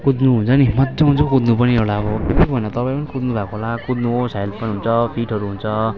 कुद्नु हुन्छ नि मज्जा आउँछ कुद्नु पनि एउटा अब के भन्नु त तपाईँ पनि कुद्नु भएको होला कुद्नुहोस् हेल्थ पनि हुन्छ फिटहरू हुन्छ